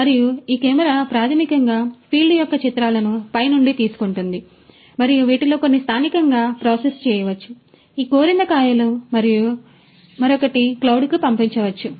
మరియు ఈ కెమెరా ప్రాథమికంగా ఫీల్డ్ యొక్క చిత్రాలను పైనుండి తీసుకుంటుంది మరియు వీటిలో కొన్ని స్థానికంగా ప్రాసెస్ చేయవచ్చు ఈ కోరిందకాయలో మరియు మరొకటి క్లౌడ్కు పంపవచ్చు